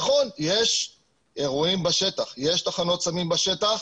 נכון, יש אירועים בשטח, יש תחנות סמים בשטח.